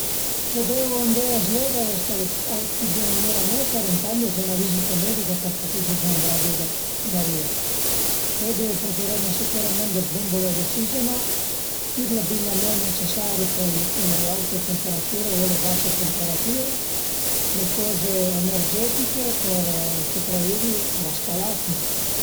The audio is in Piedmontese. Se devu andé sü l'Everest ch'al e aut pi dë ötmila meter ëntant deu fe 'na vizita medica për capì se sun ën gradu d'arivé, pöi deu prucüreme sicürament dë bumbule d'ossigeno, tüt l'abigliament necesari për le aute temperatüre o le base temperatüre, le coze energetiche për supravivi a la scalata